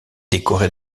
décoré